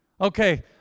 Okay